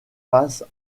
passe